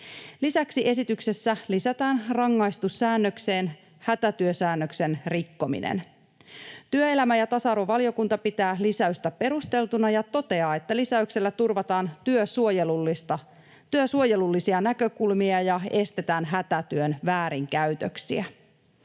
Lisäksi esityksessä lisätään rangaistussäännökseen hätätyösäännöksen rikkominen. Työelämä- ja tasa-arvovaliokunta pitää lisäystä perusteltuna ja toteaa, että lisäyksellä turvataan työsuojelullisia näkökulmia ja estetään hätätyön väärinkäytöksiä.